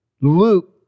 Luke